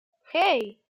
hey